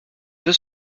deux